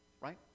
Right